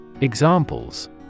Examples